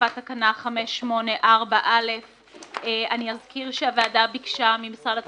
הוספת תקנה 584א. אזכיר שהוועדה ביקשה ממשרד התחבורה,